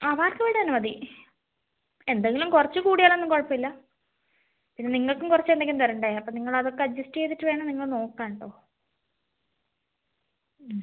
ആ വാര്ത്ത വീട് തന്നെ മതി എന്തെങ്കിലും കുറച്ച് കൂടിയാലൊന്നും കുഴപ്പമില്ല പിന്നെ നിങ്ങൾക്കും കുറച്ച് എന്തെങ്കിലും തരേണ്ടേ നിങ്ങള് അതൊക്കെ അഡ്ജസ്റ്റ് ചെയ്തിട്ട് വേണം നിങ്ങൾ നോക്കാന് കേട്ടോ മ്